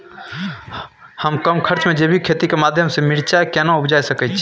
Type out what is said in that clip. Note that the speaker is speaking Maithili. हम कम खर्च में जैविक खेती के माध्यम से मिर्चाय केना उपजा सकेत छी?